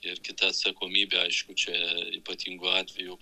ir kita atsakomybė aišku čia ypatingu atveju